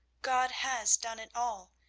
god has done it all.